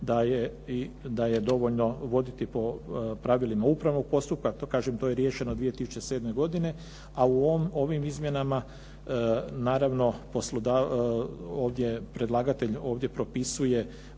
da je dovoljno voditi po pravilima upravnog postupka. Kažem, to je riješeno 2007. godine. A u ovim izmjenama naravno poslodavac, ovdje predlagatelj